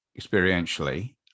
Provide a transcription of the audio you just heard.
experientially